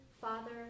father